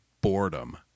boredom